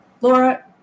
Laura